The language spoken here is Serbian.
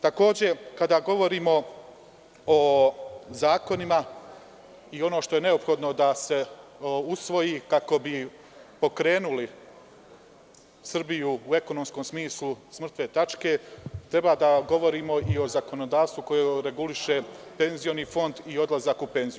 Takođe, kada govorimo o zakonima i ono što je neophodno da se usvoji kako bi pokrenuli Srbiju u ekonomskom smislu s mrtve tačke, treba da govorimo i o zakonodavstvu koje reguliše penzioni fond i odlazak u penziju.